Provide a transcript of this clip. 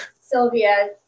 Sylvia